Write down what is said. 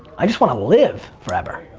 i just want to live forever.